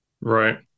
Right